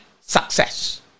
success